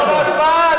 להצבעה,